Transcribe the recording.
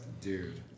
Dude